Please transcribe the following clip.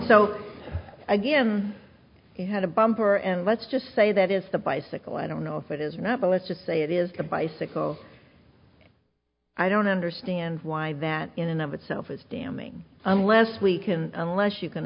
so again you had a bumper and let's just say that is the bicycle i don't know if it is not a let's just say it is a bicycle i don't understand why that in and of itself is damning unless we can unless you can